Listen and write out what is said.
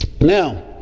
Now